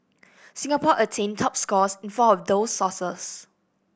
Singapore attained top scores in four of those sources